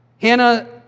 Hannah